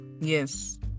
yes